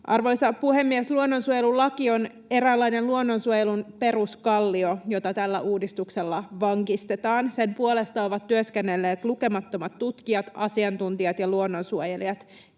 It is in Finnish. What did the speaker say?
Arvoisa puhemies! Luonnonsuojelulaki on eräänlainen luonnonsuojelun peruskallio, jota tällä uudistuksella vankistetaan. Sen puolesta ovat työskennelleet lukemattomat tutkijat, asiantuntijat ja luonnonsuojelijat,